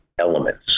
elements